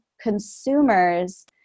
consumers